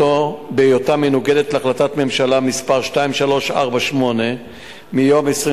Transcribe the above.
בהיותה מנוגדת להחלטת ממשלה מס' 2348 מיום 24